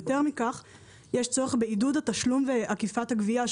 שיש צורך בעידוד התשלום ואכיפת הגבייה.